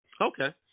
Okay